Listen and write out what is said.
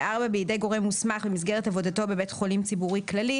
בידי גורם מוסמך במסגרת עבודתו בבית חולים ציבורי כללי,